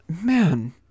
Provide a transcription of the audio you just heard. Man